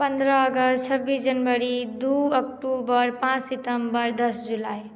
पन्द्रह अगस्त छब्बीस जनवरी दू अक्टुबर पाँच सितम्बर दस जुलाई